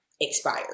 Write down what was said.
expired